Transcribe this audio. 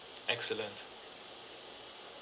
accident